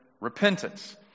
repentance